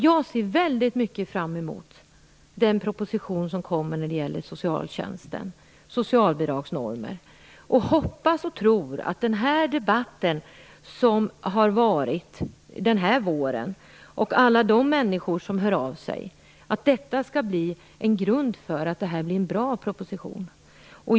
Jag ser fram emot den proposition som kommer när det gäller socialtjänst och socialbidragsnormer. Jag hoppas och tror att den debatt som har förts den här våren och alla de människor som hör av sig kommer att utgöra en grund för att det blir en bra proposition.